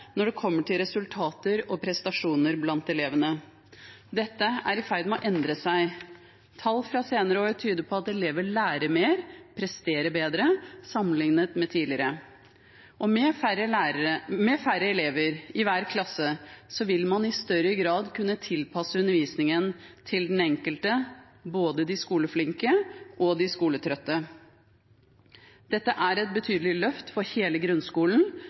når det gjelder resultater og prestasjoner blant elevene. Dette er i ferd med å endre seg. Tall fra senere år tyder på at elever lærer mer og presterer bedre sammenlignet med tidligere. Og med færre elever i hver klasse vil man i større grad kunne tilpasse undervisningen til den enkelte – både de skoleflinke og de skoletrøtte. Dette er et betydelig løft for hele grunnskolen,